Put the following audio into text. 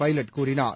pilot கூறினார்